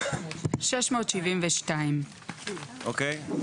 עמוד 672. אוקיי.